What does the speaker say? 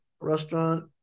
restaurant